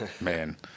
Man